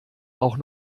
auch